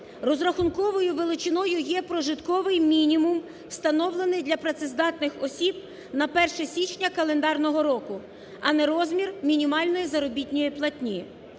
розрахунковою величиною є прожитковий мінімум, встановлений для працездатних осіб на 1 січня календарного року, а не розмір мінімальної заробітної платні.